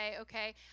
okay